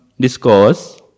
discourse